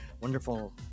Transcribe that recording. wonderful